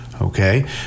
okay